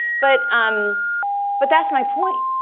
but um but that's my point.